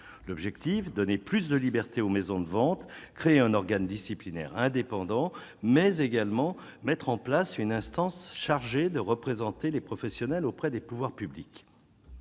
l'objectif : donner plus de liberté aux maisons de vente créer un organe disciplinaire indépendant mais également mettre en place une instance chargée de représenter les professionnels auprès des pouvoirs publics,